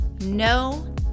No